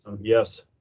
Yes